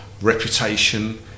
reputation